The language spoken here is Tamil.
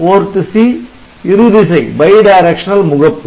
PORT C இருதிசை முகப்பு